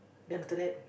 then after that